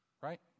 right